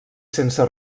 sense